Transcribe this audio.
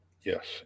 yes